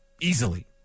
easily